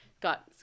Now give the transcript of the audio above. Got